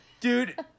Dude